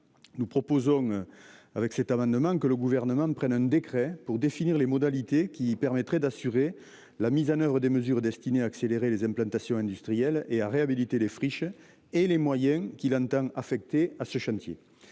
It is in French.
Nous proposons. Avec cet amendement, que le gouvernement prenne un décret pour définir les modalités qui permettraient d'assurer la mise en oeuvre des mesures destinées à accélérer les implantations industrielles et à réhabiliter les friches et les moyens qu'il entend affectée à ce chantier